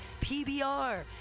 PBR